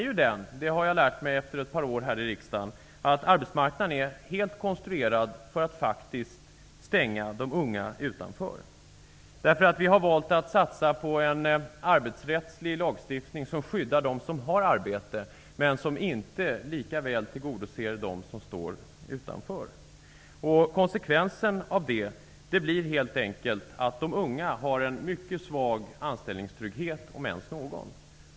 Jag har efter ett par år här i riksdagen lärt mig att arbetsmarknaden faktiskt är konstruerad för att stänga de unga ute. Vi har valt att satsa på en arbetsrättslig lagstiftning som skyddar dem som har arbete men som inte lika väl tillgodoser dem som står utanför. Konsekvensen av det blir helt enkelt att de unga har en mycket svag anställningstrygghet om ens någon.